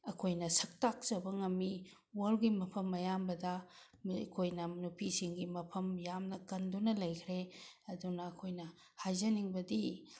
ꯑꯩꯈꯣꯏꯅ ꯁꯛ ꯇꯥꯛꯆꯕ ꯉꯝꯃꯤ ꯋꯥꯔꯜꯒꯤ ꯃꯐꯝ ꯑꯌꯥꯝꯕꯗ ꯅꯣꯏ ꯑꯩꯈꯣꯏꯅ ꯅꯨꯄꯤꯁꯤꯡꯒꯤ ꯃꯐꯝ ꯌꯥꯝꯅ ꯀꯟꯗꯨꯅ ꯂꯩꯈ꯭ꯔꯦ ꯑꯗꯨꯅ ꯑꯩꯈꯣꯏꯅ ꯍꯥꯏꯖꯅꯤꯡꯕꯗꯤ